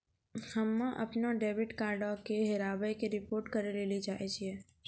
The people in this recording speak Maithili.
हम्मे अपनो डेबिट कार्डो के हेराबै के रिपोर्ट करै लेली चाहै छियै